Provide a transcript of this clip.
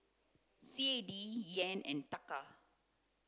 C A D Yen and Taka